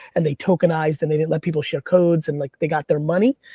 and they tokenized, and they they let people share codes, and like they got their money.